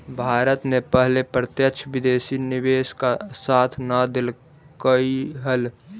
भारत ने पहले प्रत्यक्ष विदेशी निवेश का साथ न देलकइ हल